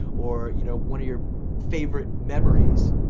or you know one of your favorite memories,